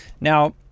Now